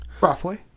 roughly